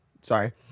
sorry